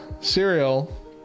cereal